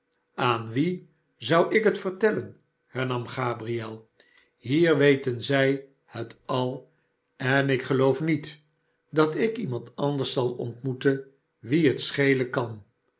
aan wie zou ik het vertellen hernam ahier weten zij het al en ik geloof niet dat ik iemand il ontmoeten wien het schelen kan